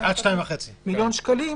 מיליון שקלים --- עד 2.5 מיליון שקלים.